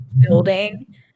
building